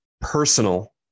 personal